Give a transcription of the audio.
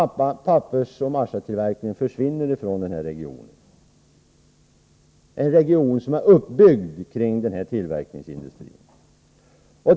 Pappersoch massatillverkningen försvinner från regionen, en region som är uppbyggd kring denna tillverkningsindustri.